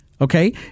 Okay